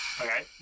Okay